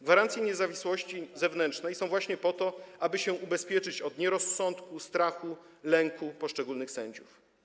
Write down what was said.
Gwarancje niezawisłości zewnętrznej są właśnie po to, aby się ubezpieczyć od nierozsądku, strachu, lęku poszczególnych sędziów.